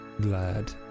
glad